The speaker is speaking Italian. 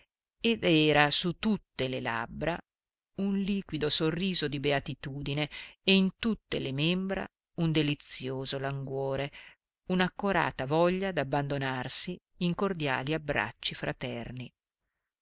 ed era su tutte le labbra un liquido sorriso di beatitudine e in tutte le membra un delizioso languore un'accorata voglia d'abbandonarsi in cordiali abbracci fraterni